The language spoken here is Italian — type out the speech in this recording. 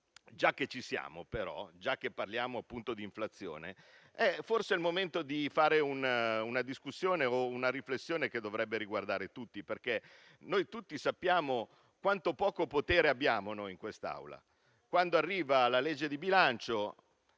tal proposito, già che parliamo d'inflazione, è forse il momento di fare una discussione o una riflessione che dovrebbe riguardare tutti, perché tutti sappiamo quanto poco potere abbiamo in quest'Aula. Quando arriva la legge di bilancio,